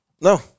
No